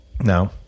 no